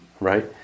Right